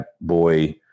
boy